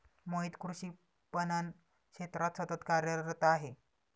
मोहित कृषी पणन क्षेत्रात सतत कार्यरत आहे